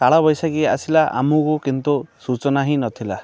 କାଳବୈଶାଖୀ ଆସିଲା ଆମକୁ କିନ୍ତୁ ସୂଚନା ହିଁ ନଥିଲା